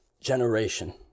generation